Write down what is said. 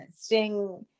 Sting